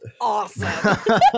awesome